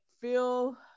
feel